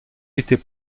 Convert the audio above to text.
était